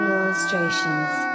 Illustrations